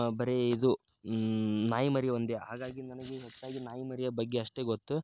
ಬರೀ ಇದು ನಾಯಿ ಮರಿ ಒಂದೇ ಹಾಗಾಗಿ ನನಗೆ ಹೆಚ್ಚಾಗಿ ನಾಯಿ ಮರಿಯ ಬಗ್ಗೆ ಅಷ್ಟೇ ಗೊತ್ತು